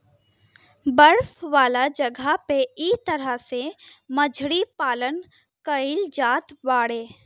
बर्फ वाला जगह पे इ तरह से मछरी पालन कईल जात बाड़े